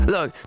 Look